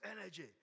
energy